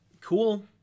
Cool